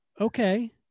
okay